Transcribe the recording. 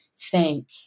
thank